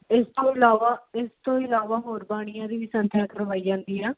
ਇਸ ਤੋਂ ਇਲਾਵਾ ਇਸ ਤੋਂ ਇਲਾਵਾ ਹੋਰ ਬਾਣੀਆਂ ਦੀ ਵੀ ਸੰਥਿਆ ਕਰਵਾਈ ਜਾਂਦੀ ਆ